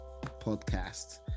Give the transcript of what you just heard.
podcast